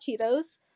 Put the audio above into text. Cheetos